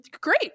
great